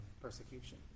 persecution